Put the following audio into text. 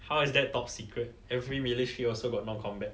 how is that top secret every rulership also got non-combat